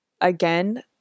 again